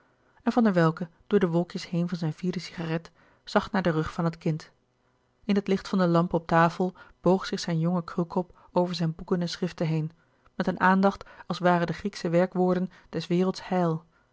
en van der welcke door de wolkjes heen van zijn vierde cigarette zag naar den rug van het kind in het licht van de lamp op tafel boog zich zijn jonge krulkop over zijn boeken en schriften heen met een aandacht als waren de grieksche werkwoorden des werelds heil